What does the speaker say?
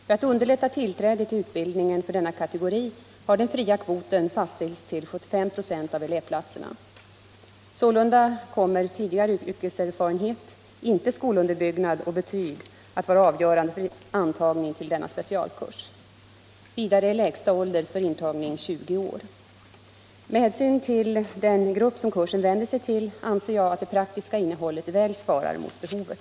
För att underlätta tillträde till utbildningen för denna kategori har den fria kvoten fastställts till 75 96 av elevplatserna. Sålunda kommer tidigare yrkeserfarenhet — inte skolunderbyggnad och betyg — att vara avgörande för antagning till denna specialkurs. Vidare är lägsta åldern för intagning 20 år. Med hänsyn till den grupp som kursen vänder sig till anser jag att det praktiska innehållet väl svarar mot behovet.